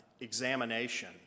examination